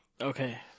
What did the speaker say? Okay